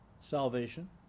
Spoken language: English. salvation